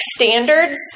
standards